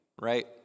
right